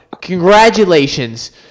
congratulations